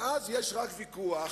ואז יש רק ויכוח